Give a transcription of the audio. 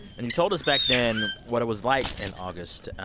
and you told us back then what it was like in august.